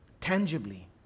tangibly